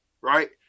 right